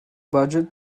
budget